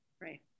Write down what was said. right